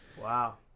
Wow